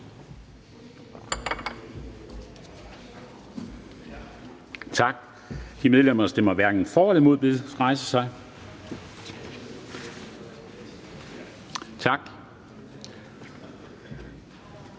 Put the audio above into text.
Tak. De medlemmer, der stemmer hverken for eller imod, bedes rejse sig. Tak.